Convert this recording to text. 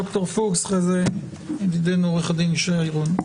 ד"ר פוקס; אחרי זה ידידנו עורך הדין ישי שרון.